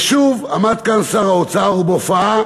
ושוב, עמד כאן שר האוצר, ובהופעה